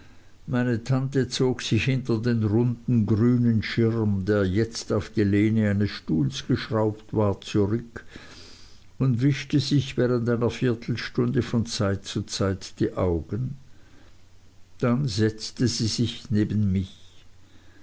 meine tante zog sich hinter den runden grünen schirm der jetzt auf die lehne eines stuhls geschraubt war zurück und wischte sich während einer viertelstunde von zeit zu zeit die augen dann setzte sie sich neben mich